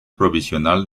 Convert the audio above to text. provisional